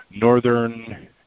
northern